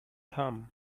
ham